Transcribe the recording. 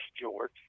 George